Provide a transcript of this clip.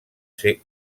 ser